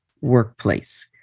workplace